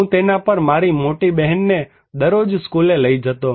હું તેના પર મારી મોટી બહેન સાથે દરરોજ સ્કૂલે જતો